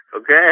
Okay